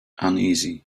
uneasy